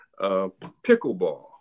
pickleball